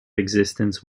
existence